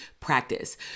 practice